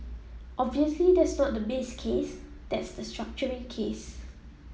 obviously that's not the base case that's the structuring case